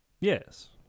Yes